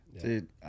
dude